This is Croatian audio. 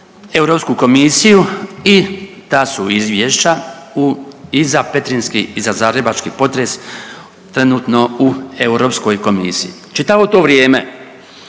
Europsku komisiju i ta su izvješća i za petrinjski i za zagrebački potres trenutno u Europskoj komisiji. Čitavo to vrijeme